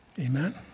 Amen